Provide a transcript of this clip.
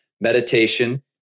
meditation